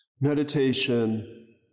Meditation